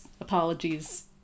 apologies